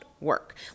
work